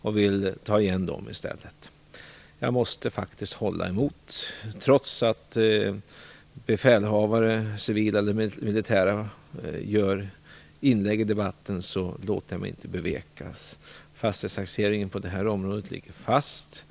och vill ta igen dem i stället. Jag måste faktiskt hålla emot. Trots att befälhavare, civila eller militära, gör inlägg i debatten låter jag mig inte bevekas. Fastighetstaxeringen på det här området ligger fast.